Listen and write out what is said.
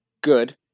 good